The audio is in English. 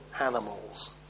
animals